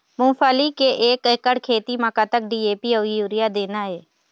मूंगफली के एक एकड़ खेती म कतक डी.ए.पी अउ यूरिया देना ये?